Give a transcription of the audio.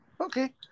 okay